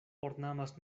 ornamas